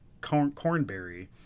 Cornberry